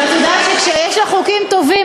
אבל את יודעת שכשיש לך חוקים טובים,